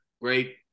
great